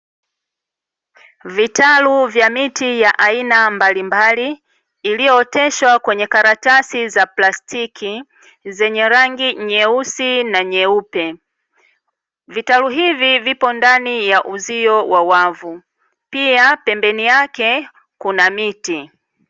Vitalu vya mitivya aina mbalimbali ilivyooteshwa kwenye karatasi za plastiki zenye rangi nyeusi na nyeupe . Vitalu hivi vipo ndani ya uzio wa wavu pia pembeni yake Kuna miti.